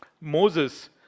Moses